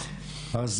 אבל